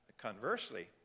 Conversely